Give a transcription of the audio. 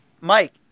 Mike